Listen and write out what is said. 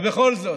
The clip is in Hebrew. ובכל זאת,